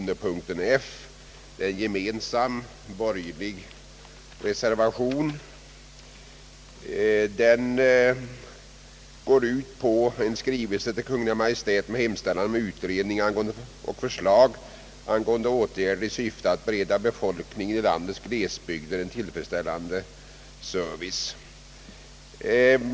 Det är en gemensam borgerlig reservation, vari yrkas att riksdagen måtte i skrivelse till Kungl. Maj:t hemställa om utredning och förslag angående åtgärder i syfte att bereda befolkningen i landets glesbygder en tillfredsställande service.